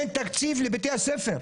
אין תקציב לבתי הספר.